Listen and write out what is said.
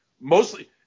Mostly